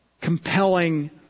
compelling